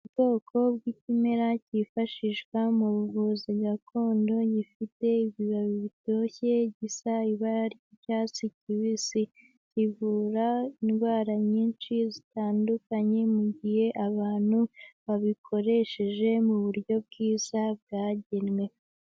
Ubwoko bw'ikimera cyifashishwa mu buvuzi gakondo gifite ibibabi bitoshye, gisa ibara ry'icyatsi kibisi, kivura indwara nyinshi zitandukanye mu gihe abantu babikoresheje mu buryo bwiza bwagenwe.